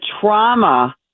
trauma